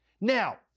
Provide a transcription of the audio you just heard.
Now